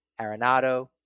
Arenado